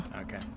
Okay